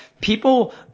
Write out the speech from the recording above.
people